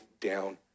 down